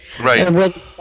right